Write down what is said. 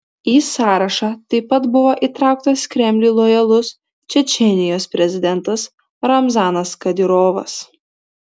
į sąrašą taip pat buvo įtrauktas kremliui lojalus čečėnijos prezidentas ramzanas kadyrovas